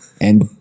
and-